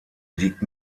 liegt